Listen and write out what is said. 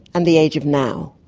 and the age of now.